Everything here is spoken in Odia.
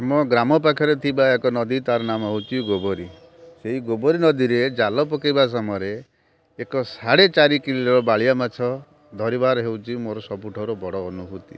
ଆମ ଗ୍ରାମ ପାଖରେ ଥିବା ଏକ ନଦୀ ତା'ର ନାମ ହେଉଛି ଗୋବରୀ ସେଇ ଗୋବରୀ ନଦୀରେ ଜାଲ ପକାଇବା ସମୟରେ ଏକ ସାଢ଼େ ଚାରି କିଲୋ ବାଳିଆ ମାଛ ଧରିବାର ହେଉଛି ମୋର ସବୁଠାରୁ ବଡ଼ ଅନୁଭୂତି